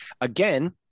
again